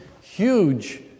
huge